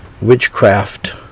witchcraft